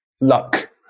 luck